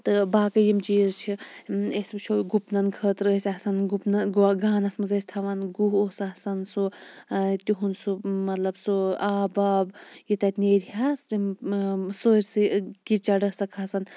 تہٕ باقٕے یِم چیٖز چھِ أسۍ وٕچھو گُپنَن خٲطرٕ ٲسۍ آسان گُپنن گانَس مَنٛز ٲسۍ تھاوان گُہہ اوس آسان سُہ تِہُنٛد سُہ مَطلَب سُہ آب واب یہِ تَتہِ نیرِہا سٲرسٕے کِچَڈ ٲس سۄ کھَسان